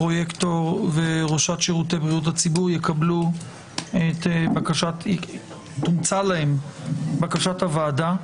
הפרויקטור וראשת שירותי בריאות הציבור תומצא להם בקשת הוועדה.